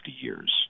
years